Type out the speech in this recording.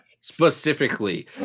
Specifically